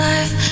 Life